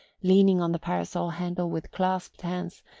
leaning on the parasol handle with clasped hands,